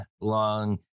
long